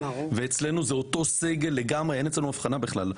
ואצלנו זה אותו סגל לגמרי ואין הבחנה בכלל,